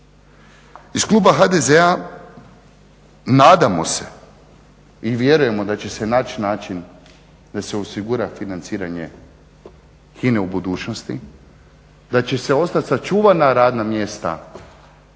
Iz kluba HDZ-a nadamo se i vjerujemo da će se naći način da se osigura financiranje HINA-e u budućnosti, da će se ostat sačuvana radna mjesta urednicima